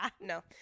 no